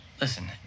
Listen